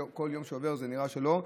בכל יום שעובר נראה שלא,